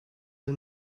the